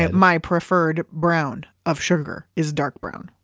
and my preferred brown of sugar is dark brown.